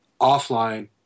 offline